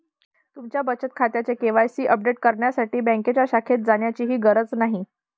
तुमच्या बचत खात्याचे के.वाय.सी अपडेट करण्यासाठी बँकेच्या शाखेत जाण्याचीही गरज नाही